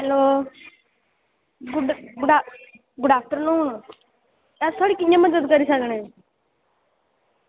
hello good afternoon अस थुआढ़ी कियां मदद करी सकने